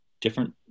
different